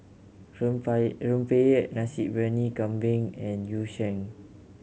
rempeyek Nasi Briyani Kambing and Yu Sheng